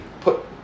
put